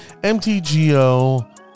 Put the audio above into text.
MTGO